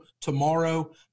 tomorrow